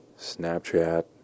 Snapchat